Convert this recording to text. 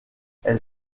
elle